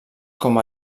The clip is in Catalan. com